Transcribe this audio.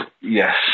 Yes